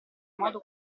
modo